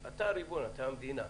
אתה הריבון, אתה המדינה.